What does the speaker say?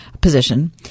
position